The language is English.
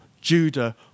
Judah